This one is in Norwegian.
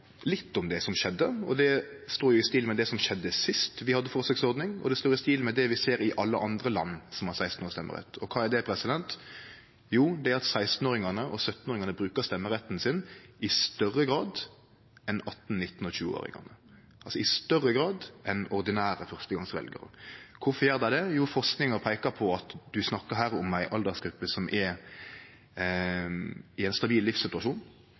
litt om det som skjedde, og det står i stil med det som skjedde sist vi hadde ei forsøksordning, og det står i stil med det vi ser i alle andre land som har stemmerett for 16-åringar. Kva er det? Jo, det er at 16- og 17-åringane brukar stemmeretten sin i større grad enn 18-, 19- og 20-åringane – altså i større grad enn ordinære førstegongsveljarar. Kvifor gjer dei det? Jo, forsking peikar på at ein snakkar her om ei aldersgruppe som er i ein stabil livssituasjon,